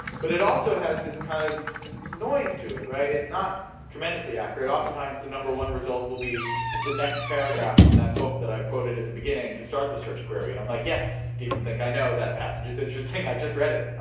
but it also has this kind of noise to it, right? it's not tremendously accurate. oftentimes, the number one result will be the next paragraph from that book that i've quoted at the beginning to start the search query, and i'm like, yes, do you even think i know that passage is interesting? i just read it.